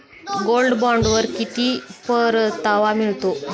Gold बॉण्डवर किती परतावा मिळतो?